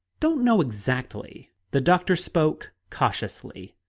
don't know exactly. the doctor spoke cautiously.